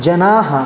जनाः